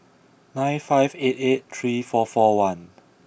nine five eight eight three four four one